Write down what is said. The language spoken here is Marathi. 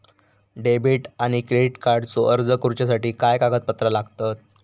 डेबिट आणि क्रेडिट कार्डचो अर्ज करुच्यासाठी काय कागदपत्र लागतत?